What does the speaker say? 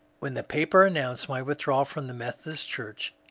when the papers announced my withdrawal from the methodist church,